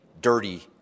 Dirty